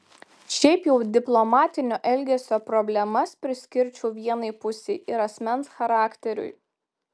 šiaip jau diplomatinio elgesio problemas priskirčiau vienai pusei ir asmens charakteriui